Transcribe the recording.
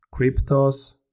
cryptos